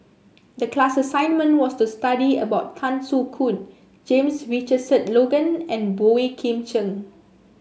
the class assignment was to study about Tan Soo Khoon James Richardson Logan and Boey Kim Cheng